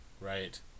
right